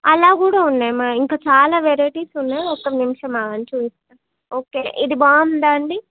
అలా కూడా ఉన్నాయి మా ఇంకా చాలా వెరైటీస్ ఉన్నాయి ఒక్క నిమిషం ఆగండి చూపిస్తా ఓకే ఇది బాగుందా అండి